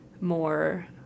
more